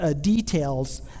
details